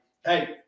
hey